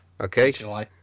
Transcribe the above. Okay